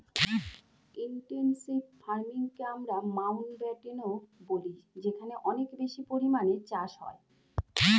intensive ফার্মিংকে আমরা মাউন্টব্যাটেনও বলি যেখানে অনেক বেশি পরিমাণে চাষ হয়